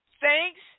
thanks